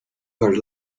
her